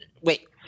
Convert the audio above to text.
Wait